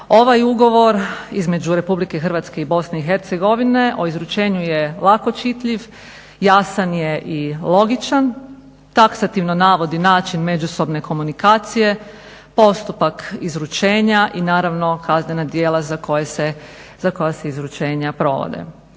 ovaj Ugovor između Republike Hrvatske i BiH o izručenju je lako čitljiv, jasan je i logičan, taksativno navodi način međusobne komunikacije, postupak izručenja i naravno kaznena djela za koja se izručenja provode.